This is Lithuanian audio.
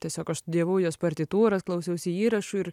tiesiog aš studijavau jos partitūras klausiausi įrašų ir